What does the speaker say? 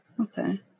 Okay